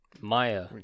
Maya